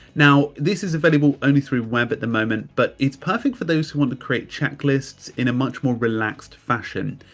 now this is available only through web at the moment but it's perfect for those who want to create checklists in a much more relaxed fashion.